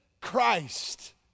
Christ